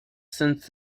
since